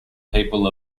people